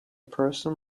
person